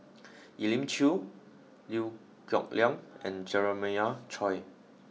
Elim Chew Liew Geok Leong and Jeremiah Choy